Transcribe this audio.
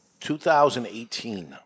2018